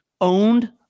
owned